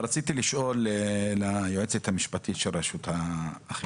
אבל רציתי לשאול את היועצת המשפטית של רשות האכיפה,